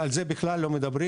על זה בכלל לא מדברים,